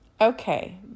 okay